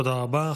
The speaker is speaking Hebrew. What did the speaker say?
תודה רבה.